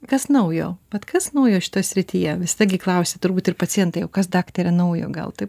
kas naujo vat kas naujo šitoj srityje vis tiek klausia turbūt ir pacientai o kas daktare naujo gal taip